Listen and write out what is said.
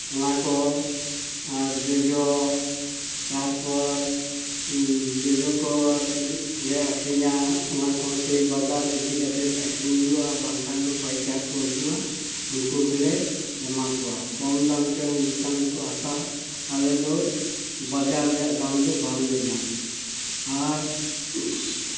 ᱱᱚᱣᱟᱠᱚ ᱟᱨ ᱡᱚᱡᱚ ᱛᱟᱨᱯᱚᱨ ᱡᱚᱡᱚᱠᱚ ᱞᱮ ᱟᱠᱷᱨᱤᱧᱟ ᱚᱱᱟ ᱠᱚᱦᱚᱸ ᱥᱩᱨ ᱵᱟᱡᱟᱨ ᱤᱫᱤ ᱠᱟᱛᱮᱫ ᱟᱠᱷᱨᱤᱧ ᱦᱩᱭᱩᱜᱼᱟ ᱵᱟᱝᱠᱷᱟᱱ ᱯᱟᱹᱭᱠᱟᱹᱨ ᱠᱚ ᱦᱤᱡᱩᱜᱼᱟ ᱩᱱᱠᱩ ᱜᱮᱞᱮ ᱮᱢᱟ ᱠᱚᱣᱟ ᱠᱚᱢ ᱫᱟᱢ ᱛᱮ ᱩᱱ ᱡᱚᱠᱷᱚᱱ ᱫᱚᱠᱚ ᱦᱟᱛᱟᱣᱟ ᱟᱞᱮᱫᱚ ᱵᱟᱡᱟᱨ ᱨᱮᱭᱟᱜ ᱫᱟᱢ ᱫᱚ ᱵᱟᱝᱞᱮ ᱧᱟᱢᱟ ᱟᱨ